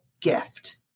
gift